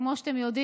שב,